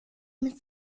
mit